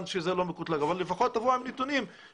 שזה לא מקוטלג אבל לפחות תבוא עם נתונים,